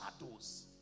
shadows